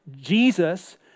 Jesus